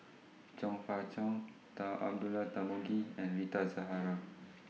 Chong Fah Cheong Dull Abdullah Tarmugi and Rita Zahara